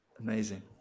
Amazing